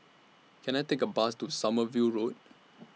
Can I Take A Bus to Sommerville Road